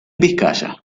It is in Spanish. vizcaya